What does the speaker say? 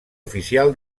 oficial